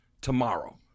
tomorrow